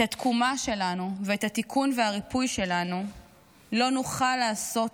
את התקומה שלנו ואת התיקון והריפוי שלנו לא נוכל לעשות